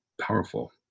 powerful